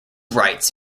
rights